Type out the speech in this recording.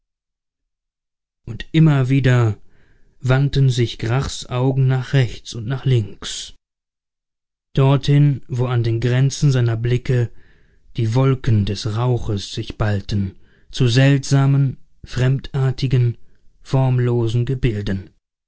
und immer wieder wandten sich grachs augen nach rechts und nach links dorthin wo an den grenzen seiner blicke die wolken des rauches sich ballten zu seltsamen fremdartigen formlosen gebilden